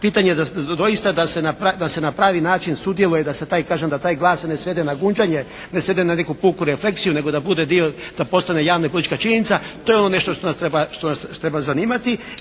pitanje doista da se na pravi način sudjeluje, da se taj, kažem da taj glas se ne svede na gunđanje, ne svede na neku puku reflekciju, nego da bude dio, da postane javna politička činjenica. To je ono nešto što nas treba zanimati